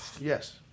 Yes